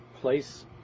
place